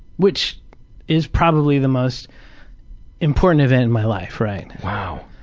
which is probably the most important event in my life, right? wow.